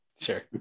sure